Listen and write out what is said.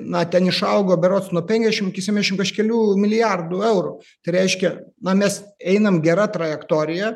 na ten išaugo berods nuo penkdešimt iki septyndešimt kažkelių milijardų eurų tai reiškia na mes einam gera trajektorija